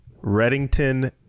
Reddington